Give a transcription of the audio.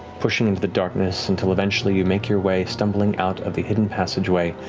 pushing into the darkness until eventually you make your way stumbling out of the hidden passageway,